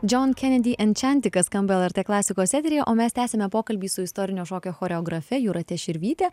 džion kennedy enčentika skamba lrt klasikos eteryje o mes tęsiame pokalbį su istorinio šokio choreografe jūrate širvyte